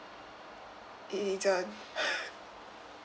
it isn't